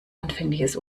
anfängliches